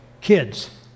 kids